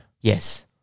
Yes